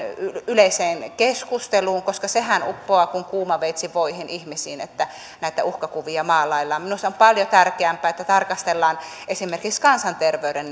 yleiseen keskusteluun koska sehän uppoaa ihmisiin kuin kuuma veitsi voihin että näitä uhkakuvia maalaillaan minusta on paljon tärkeämpää että tätä tarkastellaan esimerkiksi kansanterveyden